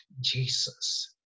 Jesus